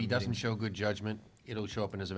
he doesn't show good judgment it will show up in his